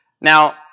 Now